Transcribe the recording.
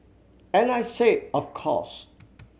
and I said of course